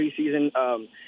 preseason